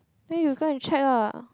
then you go and check ah